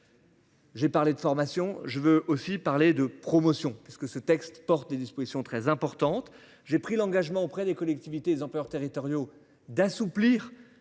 J'ai parlé de formation. Je veux aussi parler de promotion parce que ce texte porte des dispositions très importantes. J'ai pris l'engagement auprès des collectivités les employeurs territoriaux d'assouplir